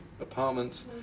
apartments